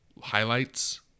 highlights